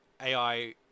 AI